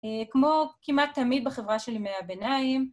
כמו כמעט תמיד בחברה של ימי הביניים.